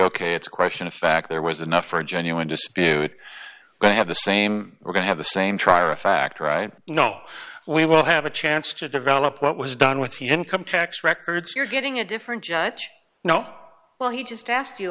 ok it's a question of fact there was enough for a genuine dispute but i have the same we're going to have the same trial a factor i know we will have a chance to develop what was done with the income tax records you're getting a different judge you know well he just asked you